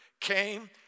came